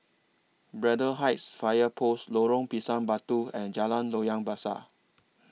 Braddell Heights Fire Post Lorong Pisang Batu and Jalan Loyang Besar